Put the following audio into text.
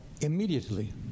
immediately